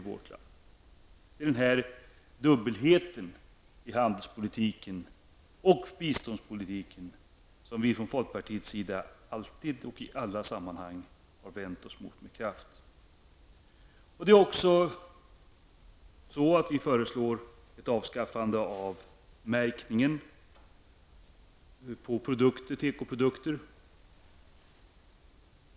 Det är den här dubbelheten i handelspolitiken och biståndspolitiken som vi från folkpartiets sida alltid och i alla sammanhang har vänt oss mot med kraft. Vi föreslår vidare ett avskaffande av märkningen av tekoprodukter.